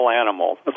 animal